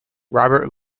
robert